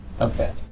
Okay